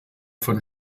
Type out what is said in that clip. von